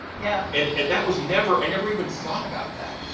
yeah and and that was never i never even thought about that.